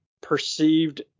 perceived